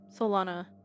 Solana